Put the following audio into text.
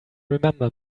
remember